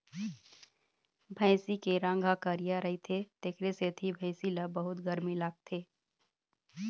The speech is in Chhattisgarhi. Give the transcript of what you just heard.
भइसी के रंग ह करिया रहिथे तेखरे सेती भइसी ल बहुत गरमी लागथे